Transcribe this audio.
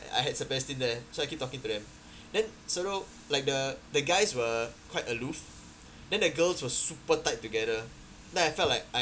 I had sebastean there so I keep talking to them then know like the the guys were quite aloof then the girls was super tight together then I felt like I